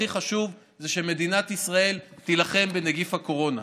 הכי חשוב זה שמדינת ישראל תילחם בנגיף הקורונה.